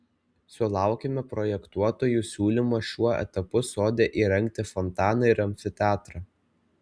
sulaukėme projektuotojų siūlymo šiuo etapu sode įrengti fontaną ir amfiteatrą